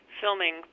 filming